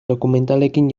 dokumentalekin